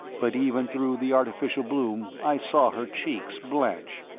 but even through the artificial bloom i saw her cheeks blanch.